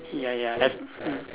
ya ya as mm